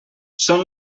són